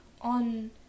on